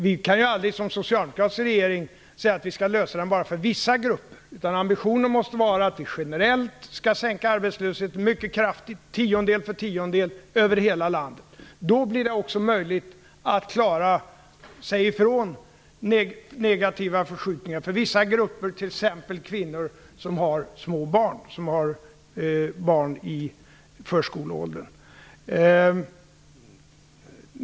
Vi kan aldrig som socialdemokratisk regering säga att vi skall ha en lösning enbart för vissa grupper. Ambitionen måste vara att vi generellt skall sänka arbetslösheten mycket kraftigt, tiondel för tiondel över hela landet. Då blir det också möjligt att klara sig ifrån negativa förskjutningar för vissa grupper, t.ex. kvinnor som har barn i förskoleåldern.